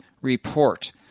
report